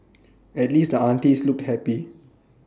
at least the aunties looked happy